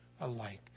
alike